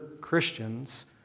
Christians